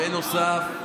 בנוסף,